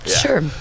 Sure